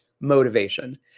motivation